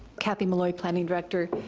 kathy malloy, planning director.